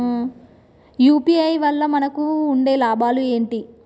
UPI వల్ల మనకు ఉండే లాభాలు ఏంటి?